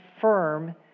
firm